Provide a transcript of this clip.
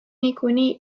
niikuinii